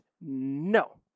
No